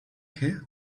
hair